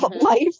life